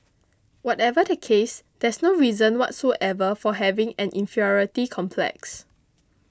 whatever the case there's no reason whatsoever for having an inferiority complex